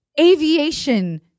aviation